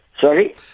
Sorry